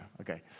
Okay